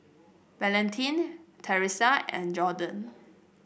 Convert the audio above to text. Valentin Teressa and Jordon